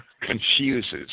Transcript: confuses